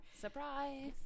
Surprise